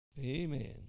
Amen